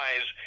eyes